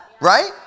Right